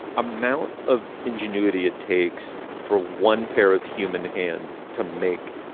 amount of ingenuity it takes for one pair of human hands to make